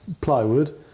plywood